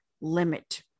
limit